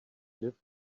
live